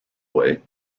away